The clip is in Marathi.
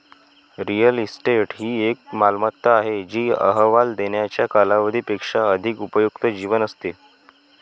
रिअल इस्टेट ही एक मालमत्ता आहे जी अहवाल देण्याच्या कालावधी पेक्षा अधिक उपयुक्त जीवन असते